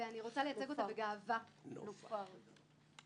אין פה שום נאמנות.